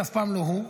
זה אף פעם לא הוא.